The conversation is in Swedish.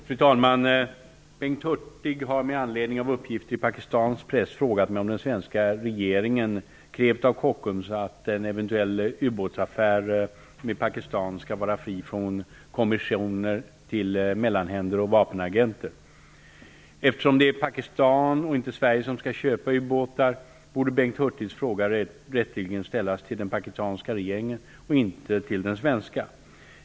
Fru talman! Bengt Hurtig har med anledning av uppgifter i pakistansk press frågat mig om den svenska regeringen har krävt av Kockums att en eventuell ubåtsaffär med Pakistan skall vara fri från Eftersom det är Pakistan och inte Sverige som skall köpa ubåtar borde Bengt Hurtigs fråga rätteligen ställas till den pakistanska regeringen och inte till den svenska.